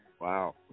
Wow